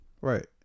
Right